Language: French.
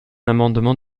amendement